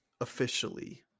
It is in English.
officially